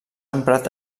emprat